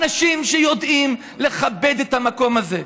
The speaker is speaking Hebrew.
אנשים שיודעים לכבד את המקום הזה,